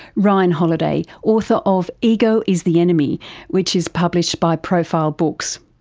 ryan holiday, author of ego is the enemy which is published by profile books.